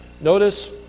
Notice